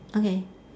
okay